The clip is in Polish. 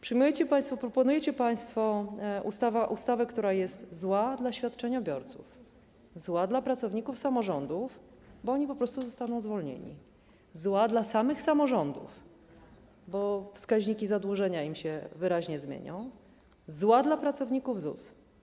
Proponujecie państwo ustawę, która jest zła dla świadczeniobiorców, zła dla pracowników samorządów, bo oni po prostu zostaną zwolnieni, zła dla samych samorządów, bo wskaźniki zadłużenia im się wyraźnie zmienią, zła dla pracowników ZUS.